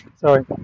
sorry